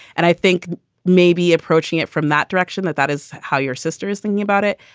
and i think maybe approaching it from that direction, that that is how your sister is thinking about it.